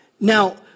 Now